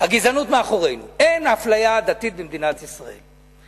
הגזענות מאחורינו, אין אפליה עדתית במדינת ישראל.